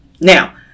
Now